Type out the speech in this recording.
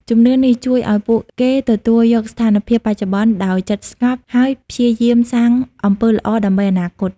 ជំនឿនេះជួយឱ្យពួកគេទទួលយកស្ថានភាពបច្ចុប្បន្នដោយចិត្តស្ងប់ ហើយព្យាយាមសាងអំពើល្អដើម្បីអនាគត។